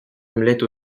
omelette